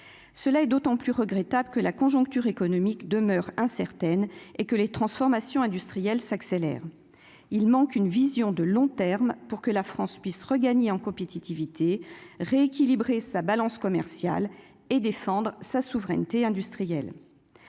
cela est d'autant plus regrettable que la conjoncture économique demeure incertaine et que les transformations industrielles s'accélère, il manque une vision de long terme pour que la France puisse regagner en compétitivité rééquilibrer sa balance commerciale et défendre sa souveraineté industrielle